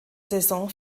saison